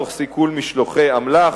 תוך סיכול משלוחי אמל"ח.